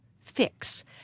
fix